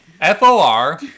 F-O-R